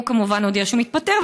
הוא כמובן הודיע שהוא מתפטר,